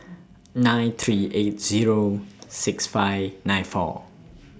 nine three eight Zero six five nine four